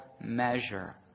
measure